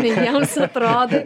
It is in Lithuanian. įdomiai jiems atrodai